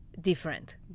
different